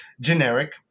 generic